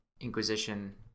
Inquisition